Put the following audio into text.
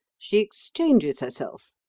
she exchanges herself.